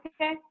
okay